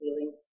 feelings